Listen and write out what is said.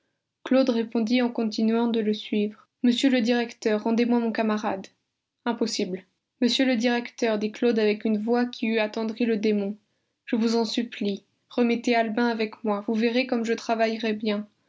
claude répondit en continuant de le suivre monsieur le directeur rendez-moi mon camarade impossible monsieur le directeur dit claude avec une voix qui eût attendri le démon je vous en supplie remettez albin avec moi vous verrez comme je travaillerai bien